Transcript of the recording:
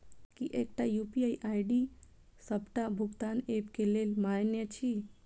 की एकटा UPI ID डी सबटा भुगतान ऐप केँ लेल मान्य अछि?